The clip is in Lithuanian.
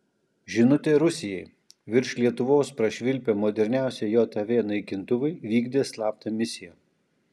žinutė rusijai virš lietuvos prašvilpę moderniausi jav naikintuvai vykdė slaptą misiją